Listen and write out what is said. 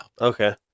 Okay